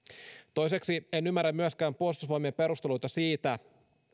toiseksi en en ymmärrä myöskään niitä puolustusvoimien perusteluita